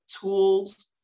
tools